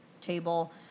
table